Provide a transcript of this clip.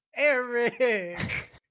Eric